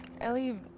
Ellie